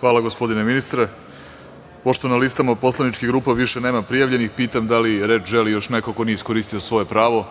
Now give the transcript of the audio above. Hvala gospodine ministre. Pošto na listama poslaničkih grupa više nema prijavljenih, pitam da li reč želi još neko ko nije iskoristio svoje pravo?